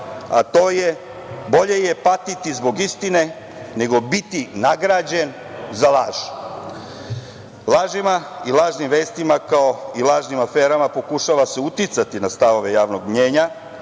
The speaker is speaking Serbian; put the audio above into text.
a to je – bolje je patiti zbog istine nego biti nagrađen za laž. Lažima i lažnim vestima, kao i lažnim aferama pokušava se uticati na stavove javnog mnjenja,